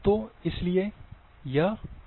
तो इसलिए ये बहुत लोकप्रिय है